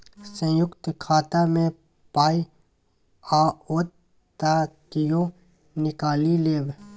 संयुक्त खाता मे पाय आओत त कियो निकालि लेब